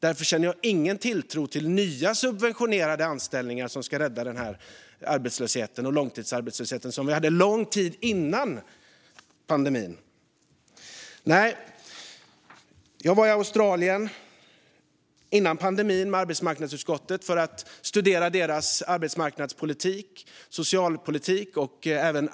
Därför känner jag ingen tilltro till nya subventionerade anställningar som ska rädda oss från långtidsarbetslösheten, som fanns lång tid innan pandemin. Jag var i Australien med arbetsmarknadsutskottet innan pandemin för att studera deras arbetsmarknadspolitik, socialpolitik och även